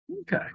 Okay